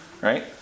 right